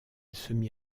semi